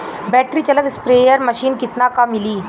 Battery चलत sprayer machine कितना क मिली?